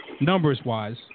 numbers-wise